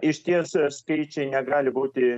išties skaičiai negali būti